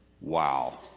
Wow